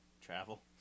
travel